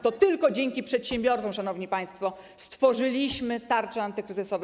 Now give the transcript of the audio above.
To tylko dzięki przedsiębiorcom, szanowni państwo, stworzyliśmy tarcze antykryzysowe.